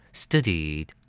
studied